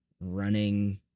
running